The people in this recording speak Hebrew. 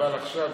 אבל עכשיו,